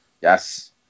Yes